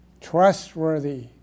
trustworthy